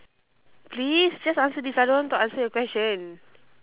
please just answer this I don't want to answer your question